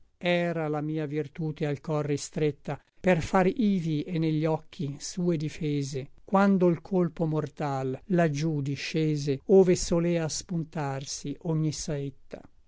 era la mia virtute al cor ristretta per far ivi et ne gli occhi sue difese quando l colpo mortal là giú discese ove solea spuntarsi ogni saetta